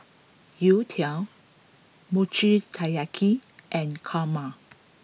Youtiao Mochi Taiyaki and Kurma